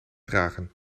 dragen